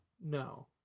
No